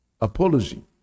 apology